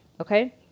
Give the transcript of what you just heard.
Okay